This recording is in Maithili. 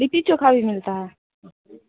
लिट्टी चोखा भी मिलता है